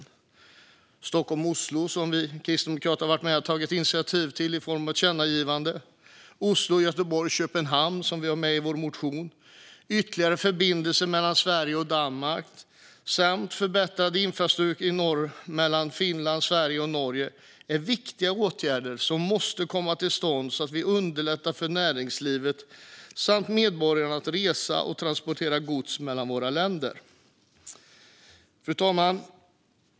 Det handlar om Stockholm-Oslo, där vi kristdemokrater har varit med och tagit initiativ till ett förslag om ett tillkännagivande. Det handlar om Oslo-Göteborg-Köpenhamn, som vi har med i vår motion. Det handlar om ytterligare förbindelse mellan Sverige och Danmark samt om förbättrad infrastruktur i norr, mellan Finland och Sverige och Norge. Det är viktiga åtgärder som måste komma till stånd. Då underlättar vi för näringslivet samt medborgarna när det gäller att resa och transportera gods mellan våra länder. Fru talman!